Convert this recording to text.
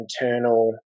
internal